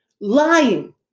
lying